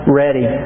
ready